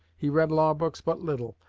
he read law-books but little,